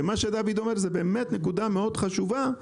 מה שדוד אומר זו באמת נקודה מאוד חשובה,